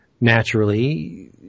naturally